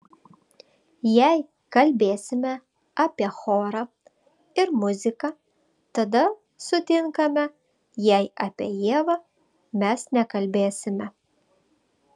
jei kalbėsime apie chorą ir muziką tada sutinkame jei apie ievą mes nekalbėsime